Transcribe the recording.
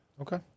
Okay